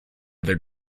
other